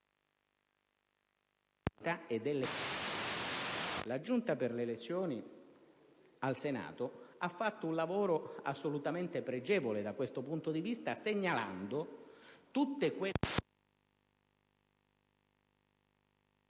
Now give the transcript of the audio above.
immunità parlamentari del Senato ha fatto un lavoro assolutamente pregevole da questo punto di vista, segnalando tutte quelle